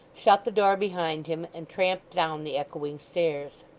shut the door behind him, and tramped down the echoing stairs.